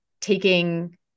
taking